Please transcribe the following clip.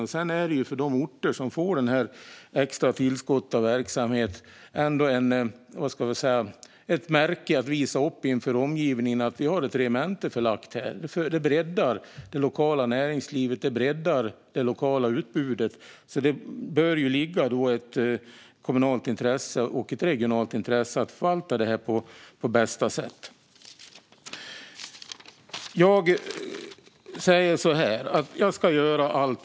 Och för de orter som får detta extra tillskott av verksamhet är det, vad ska vi säga, ett märke att visa upp för omgivningen: Vi har ett regemente förlagt här. Det breddar det lokala näringslivet. Det breddar det lokala utbudet. Det bör ligga i ett kommunalt intresse och i ett regionalt intresse att förvalta det på bästa sätt.